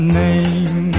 name